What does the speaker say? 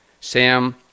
Sam